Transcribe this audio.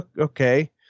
okay